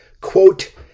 quote